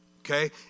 okay